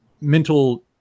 mental